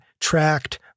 tracked